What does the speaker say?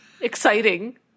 exciting